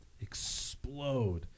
explode